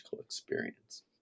experience